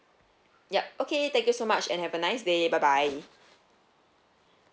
yup okay thank you so much and have a nice day bye bye